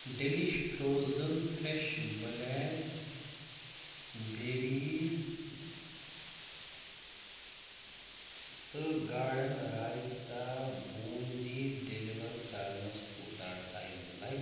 delish frozen fresh black berries تہٕ garden raita boondi deliver کَرنَس کوٗتاہ ٹایم لَگہِ